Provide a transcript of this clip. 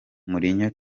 mourinho